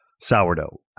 Sourdough